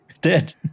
Dead